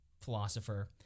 philosopher